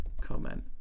comment